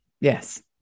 Yes